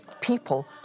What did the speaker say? people